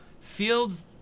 Fields